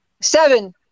seven